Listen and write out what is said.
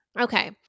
Okay